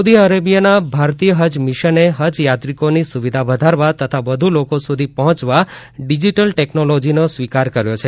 Saudi અરેબિયાના ભારતીય હજ મિશને હજયાત્રિકોની સુવિધા વધારવા તથા વધુ લોકો સુધી પહોંચવા ડિજીટલ ટેકનોલોજીનો સ્વીકાર કર્યો છે